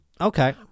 Okay